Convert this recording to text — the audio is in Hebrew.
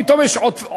פתאום יש עודפים?